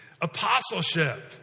Apostleship